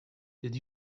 did